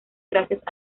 gracias